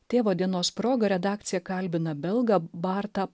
tėvo dienos proga redakcija kalbina belgą bartą